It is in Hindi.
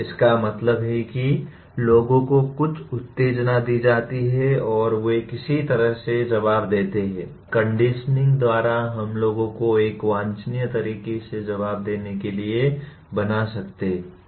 इसका मतलब है कि लोगों को कुछ उत्तेजना दी जाती है और वे किसी तरह से जवाब देते हैं कंडीशनिंग द्वारा हम लोगों को एक वांछनीय तरीके से जवाब देने के लिए बना सकते हैं